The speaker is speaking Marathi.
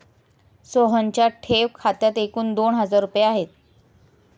सोहनच्या ठेव खात्यात एकूण दोन हजार रुपये आहेत